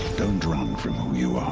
don't run from who you